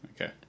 Okay